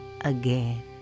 again